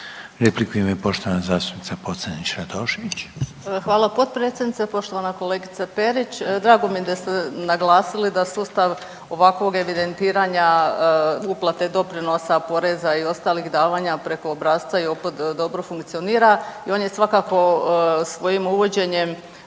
Radošević. **Pocrnić-Radošević, Anita (HDZ)** Hvala potpredsjedniče. Poštovana kolegice Perić, drago mi je da ste naglasili da sustav ovakvog evidentiranja uplate doprinosa, poreza i ostalih davanja preko obrasca JOPPD dobro funkcionira i on je svakako svojim uvođenjem